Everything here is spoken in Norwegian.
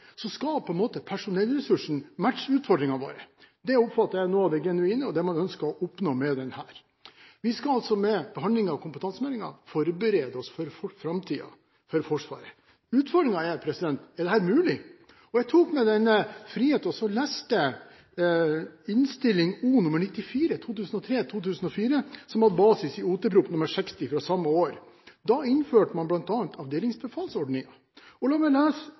skal personellressursene matche utfordringene våre. Jeg oppfatter det slik at det er noe av det genuine og det man ønsker å oppnå med denne meldingen. Vi skal med behandlingen av kompetansemeldingen forberede oss når det gjelder Forsvaret for framtiden. Utfordringen er: Er det mulig? Jeg tok meg den frihet å lese Innst. O. nr. 94 for 2003–2004, som hadde basis i Ot.prp. nr. 60 fra samme sesjon. Da innførte man bl.a. avdelingsbefalsordningen. La meg lese